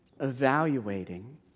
evaluating